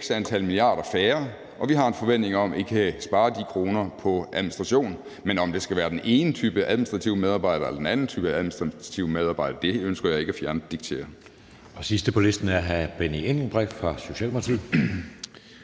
x antal færre milliarder, og vi har en forventning om, at I kan spare de kroner på administration. Men om det skal være den ene type administrative medarbejder eller den anden type administrative medarbejder, ønsker jeg ikke at fjerndiktere. Kl. 14:33 Anden næstformand (Jeppe Søe): Den sidste på listen er hr. Benny Engelbrecht fra Socialdemokratiet.